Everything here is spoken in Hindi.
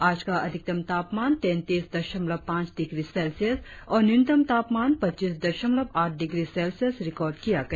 आज का अधिकतम तापमान तैंतीस दशमलव पांच डिग्री सेल्सियस और न्यूनतम तापमान पच्चीस दशमलव आठ डिग्री सेल्सियस रिकार्ड किया गया